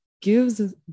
gives